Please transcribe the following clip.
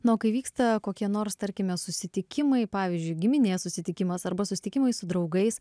nu o kai vyksta kokie nors tarkime susitikimai pavyzdžiui giminės susitikimas arba susitikimai su draugais